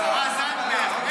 השרה זנדברג,